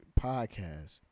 podcast